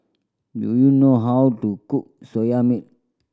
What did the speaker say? do you know how to cook Soya Milk